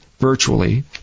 virtually